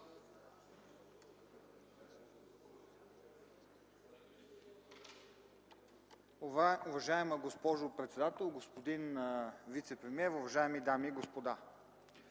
Уважаема госпожо председател, господин вицепремиер, уважаеми дами и господа!